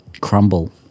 crumble